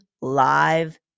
live